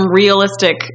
realistic